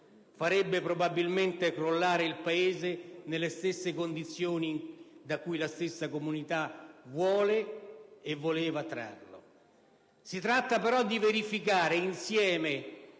farebbe probabilmente crollare il Paese nelle stesse condizioni da cui la stessa comunità vuole e voleva trarlo. Si tratta però di verificare, insieme